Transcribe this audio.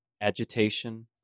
Agitation